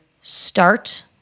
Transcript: start